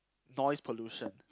noise pollution